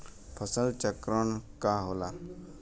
फसल चक्रण का होला?